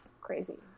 crazy